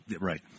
right